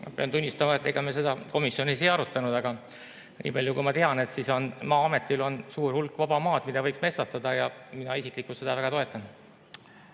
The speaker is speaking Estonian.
Pean tunnistama, et ega me seda komisjonis ei arutanud. Aga nii palju, kui ma tean, Maa-ametil on suur hulk vaba maad, mida võiks metsastada. Ja mina seda isiklikult väga toetan.